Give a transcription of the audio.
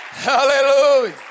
Hallelujah